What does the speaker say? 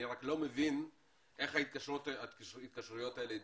אני רק לא מבין איך ההתקשרויות האלה מתבצעות.